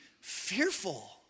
fearful